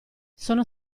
sono